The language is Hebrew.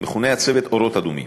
הצוות מכונה "אורות אדומים",